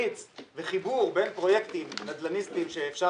תמריץ וחיבור בין פרויקטים נדל"ניסטים שאפשר